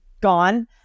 gone